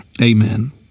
Amen